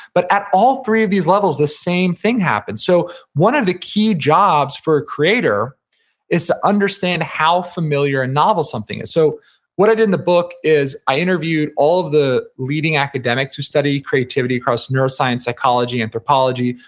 but at all three of these levels the same thing happens. so one of the key jobs for a creator is to understand how familiar and novel something is so what i did in the book is i interviewed all of the leading academics who studied creativity across neuroscience psychology, anthropology,